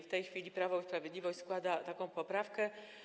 W tej chwili Prawo i Sprawiedliwość składa taką poprawkę.